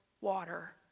water